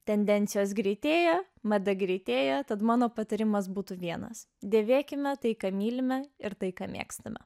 tendencijos greitėja mada greitėja tad mano patarimas būtų vienas dėvėkime tai ką mylime ir tai ką mėgstame